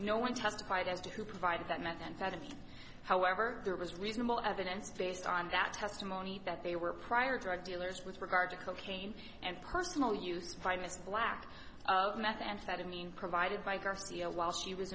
no one testified as to who provides that methamphetamine however there was reasonable evidence based on that testimony that they were prior to our dealers with regard to cocaine and personal use by mr black of methamphetamine provided by garcia while she was